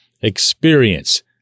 experience